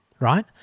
Right